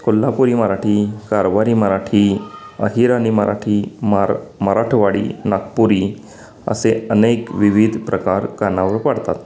कोल्हापुरी मराठी कारवारी मराठी अहिरणी मराठी मार मराठवाडी नागपुरी असे अनेक विविध प्रकार कानावर पाडतात